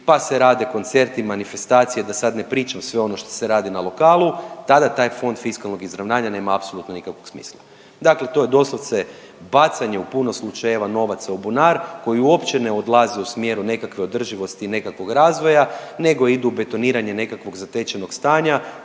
pa se rade koncerti, manifestacije da sad ne pričam sve ono što se radi na lokalu tada taj fond fiskalnog izravnanja nema apsolutno nikakvog smisla. Dakle, to je doslovce bacanje u puno slučajeva novaca u bunar koji uopće ne odlaze u smjeru nekakve održivosti i nekakvog razvoja nego idu betoniranje nekakvog zatečenog stanja